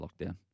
lockdown